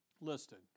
listed